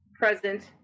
present